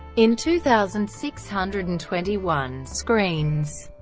in two thousand six hundred and twenty one screens.